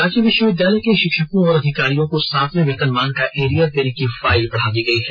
रांची विष्वविद्यालय के षिक्षकों और अधिकारियों को सातवें वेतनमान का एरियर देने की फाइल बढ़ा दी गयी है